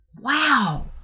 wow